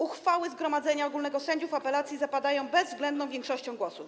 Uchwały zgromadzenia ogólnego sędziów apelacji zapadają bezwzględną większością głosów.